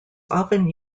often